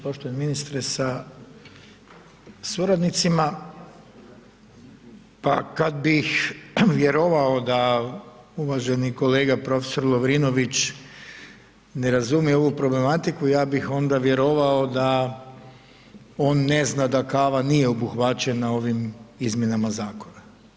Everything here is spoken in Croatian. Poštovani ministre sa suradnicima, pa kad bih vjerovao da uvaženi kolega prof. Lovrinović ne razumije ovu problematiku ja bih onda vjerovao da on ne zna da kava nije obuhvaćena ovim izmjenama zakona.